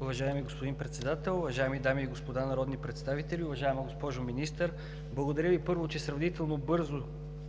Уважаеми господин Председател, уважаеми дами и господа народни представители! Уважаема госпожо Министър, благодаря Ви, първо, че сравнително бързо